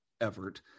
effort